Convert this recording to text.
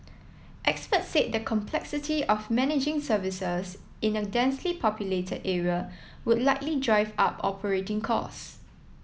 experts said the complexity of managing services in a densely populated area would likely drive up operating cause